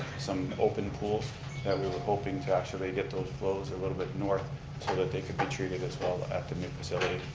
some open pools that we were hoping to actually get those flows a little bit north so that they could be treated as well at the new facility.